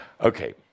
Okay